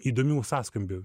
įdomių sąskambių